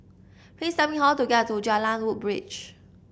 please tell me how to get to Jalan Woodbridge